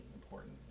important